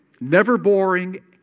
never-boring